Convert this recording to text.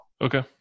okay